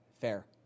Fair